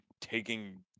taking